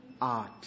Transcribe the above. Art